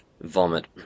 vomit